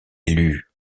élu